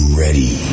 ready